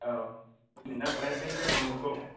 औ नेना थानायसै बे समखौ